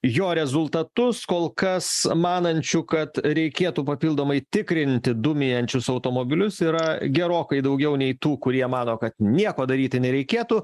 jo rezultatus kol kas manančių kad reikėtų papildomai tikrinti dūmijančius automobilius yra gerokai daugiau nei tų kurie mano kad nieko daryti nereikėtų